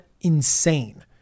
insane